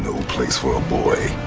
place for a boy.